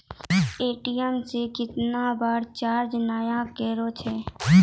ATM से कैतना बार चार्ज नैय कटै छै?